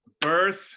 birth